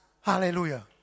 Hallelujah